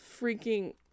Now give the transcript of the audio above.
freaking